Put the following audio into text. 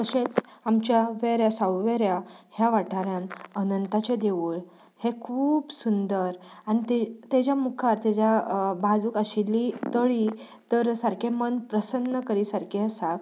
तशेंच आमच्या वेऱ्या सावयवेऱ्यां ह्या वाठारांत अनंताचें देवूळ हें खूब सुंदर आनी ते ताच्या मुखार ताच्या बाजूक आशिल्ली तळी तर सारकें मन प्रसन्न करी सारकें आसा